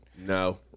No